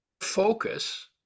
focus